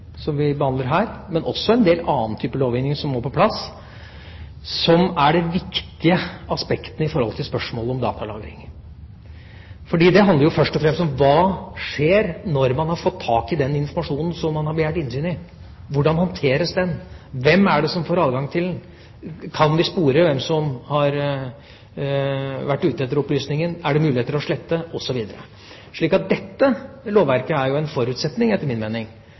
vi behandler her – men også en del annen lovgivning som må på plass – som er de viktige aspektene spørsmålet om datalagring. Det handler først og fremst om hva som skjer når man har fått tak i den informasjonen som man har begjært innsyn i: Hvordan håndteres den? Hvem er det som får adgang til den? Kan vi spore hvem som har vært ute etter opplysningen? Er det muligheter for å slette, osv.? Etter min mening er dette lovverket en forutsetning